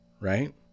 Right